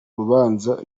rubanza